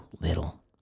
little